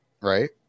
right